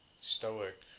stoic